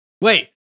Wait